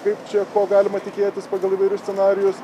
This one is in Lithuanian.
kaip čia ko galima tikėtis pagal įvairius scenarijus